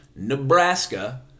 Nebraska